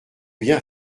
bien